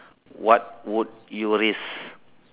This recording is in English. what would you risk